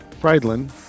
Friedland